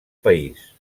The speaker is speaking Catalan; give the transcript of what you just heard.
país